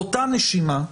באותה נשימה,